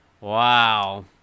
Wow